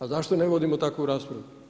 A zašto ne vidimo takvu raspravu?